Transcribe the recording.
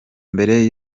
mbere